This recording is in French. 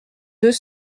deux